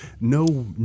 No